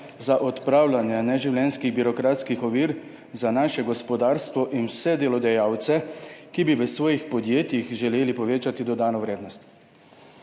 za odpravljanje neživljenjskih birokratskih ovir za naše gospodarstvo in vse delodajalce, ki bi v svojih podjetjih želeli povečati dodano vrednost.